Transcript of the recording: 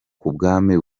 k’ubwami